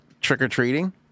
trick-or-treating